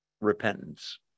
repentance